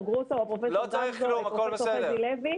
גרוטו או את פרופסור גמזו או את פרופסור חזי לוי.